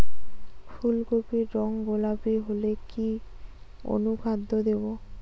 ফুল কপির রং গোলাপী হলে কি অনুখাদ্য দেবো?